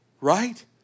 right